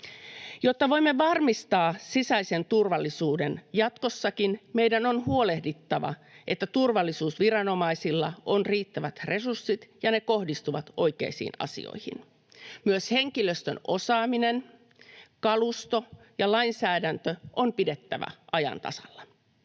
Jotta voimme varmistaa sisäisen turvallisuuden jatkossakin, meidän on huolehdittava, että turvallisuusviranomaisilla on riittävät resurssit ja ne kohdistuvat oikeisiin asioihin. [Leena Meri: Kyllä!] Myös henkilöstön osaaminen, kalusto ja lainsäädäntö on pidettävä ajan tasalla.